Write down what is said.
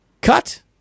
cut